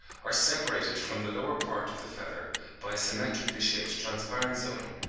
are separated from the lower part of the feather by a symmetrically shaped transparent zone,